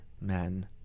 men